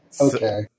Okay